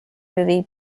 movie